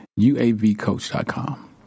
UAVcoach.com